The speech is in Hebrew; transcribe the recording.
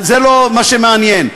זה לא מה שמעניין.